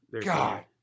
God